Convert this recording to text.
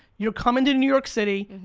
you're coming to new york city,